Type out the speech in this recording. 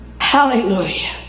Hallelujah